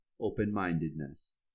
open-mindedness